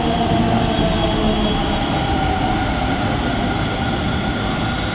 टिंडाक खेती खातिर गरम आ ठंढा जलवायु बढ़िया मानल जाइ छै